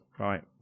Right